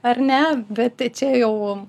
ar ne bet čia jau